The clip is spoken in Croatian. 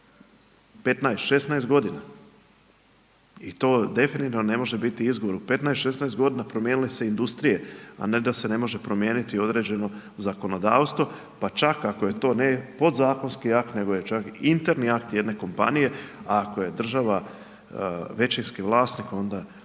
15, 16 godina, i to definitivno ne može biti izgovor. U 15, 16 godina promijenile su se industrije, a ne da se ne može promijeniti određeno zakonodavstvo, pa čak ako je to ne podzakonski akt, nego je čak i interni akt jedne kompanije, a ako je država većinski vlasnik onda